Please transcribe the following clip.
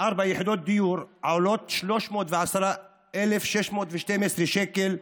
ארבע יחידות דיור עולות 310,612 שקל,